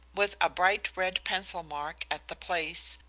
with a bright red pencil mark at the place,